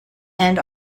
and